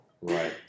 Right